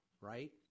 right